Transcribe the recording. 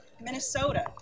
Minnesota